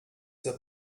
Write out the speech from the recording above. the